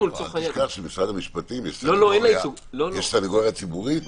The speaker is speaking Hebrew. אנחנו לצורך העניין --- אל תשכח שבמשרד המשפטים יש סנגוריה ציבורית.